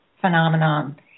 phenomenon